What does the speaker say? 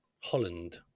Holland